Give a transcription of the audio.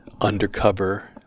undercover